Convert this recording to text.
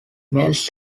males